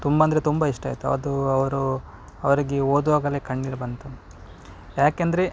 ತುಂಬಾಂದ್ರೆ ತುಂಬ ಇಷ್ಟ ಆಯಿತು ಅದು ಅವರು ಅವರಿಗೆ ಓದುವಾಗಲೇ ಕಣ್ಣೀರು ಬಂತು ಯಾಕೆಂದರೆ